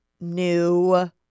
new